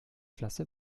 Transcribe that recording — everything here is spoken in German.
klasse